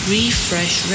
Refresh